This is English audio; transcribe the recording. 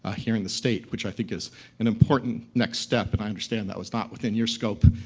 ah here in the state, which i think is an important next step. and i understand that was not within your scope,